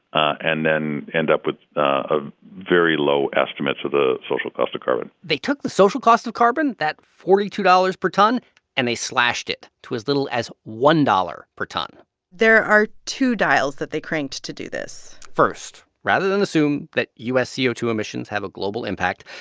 and then end up with ah very low estimates of the social cost of carbon they took the social cost of carbon that forty two dollars per ton and they slashed it to as little as one dollars per ton there are two dials that they cranked to do this first, rather than assume that u s. c o two emissions have a global impact,